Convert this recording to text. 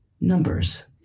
Numbers